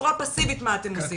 בצורה פאסיבית - מה אתם עושים.